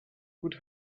could